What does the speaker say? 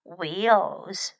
wheels